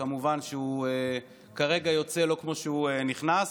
וכמובן שהוא כרגע יוצא לא כמו שהוא נכנס,